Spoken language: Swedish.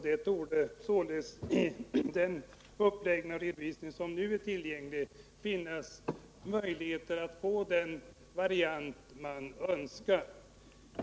Det borde därför finnas möjligheter att få den variant man önskar.